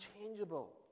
unchangeable